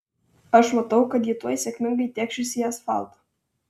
aš matau kad ji tuoj sėkmingai tėkšis į asfaltą